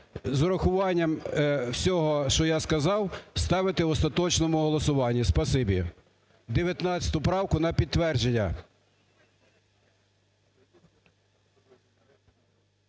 з урахуванням всього, що я сказав, ставити в остаточному голосуванні. Спасибі. 19 правку на підтвердження.